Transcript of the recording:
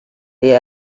this